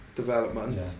development